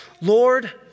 Lord